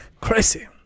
Crazy